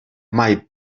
mai